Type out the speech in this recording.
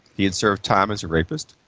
he'd served time as a rapist,